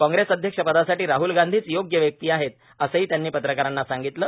कॉग्रप्म अध्यक्ष पदासाठी राहल गांधीच योग्य व्यक्ती आहप्र असंही त्यांनी पत्रकारांना सांगितलं